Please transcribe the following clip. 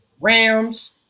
Rams